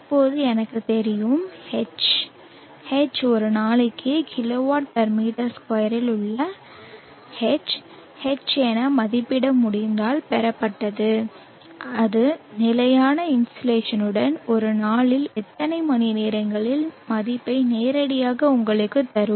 இப்போது எனக்கு தெரியும் H H ஒரு நாளைக்கு kWm2 இல் உள்ள H H என மதிப்பிட முடிந்தால் பெறப்பட்டது அது நிலையான இன்சோலேஷனுடன் ஒரு நாளில் எத்தனை மணிநேரங்களின் மதிப்பை நேரடியாக உங்களுக்குத் தரும்